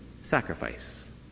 sacrifice